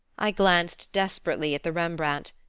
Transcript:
i glanced desperately at the rembrandt.